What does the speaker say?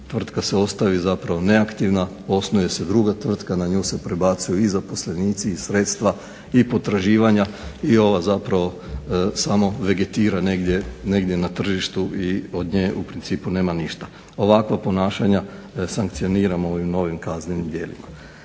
tvrtka se ostavi zapravo neaktivna, osnuje se tvrtka, na nju se prebacuju i zaposlenici i sredstva i potraživanja i ova zapravo samo vegetira negdje na tržištu i od nje u principu nema ništa. Ovakva ponašanja sankcioniramo ovim novim kaznenim djelima.